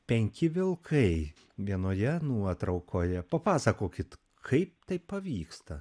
penki vilkai vienoje nuotraukoje papasakokit kaip tai pavyksta